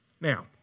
Now